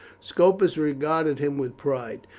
scopus regarded him with pride,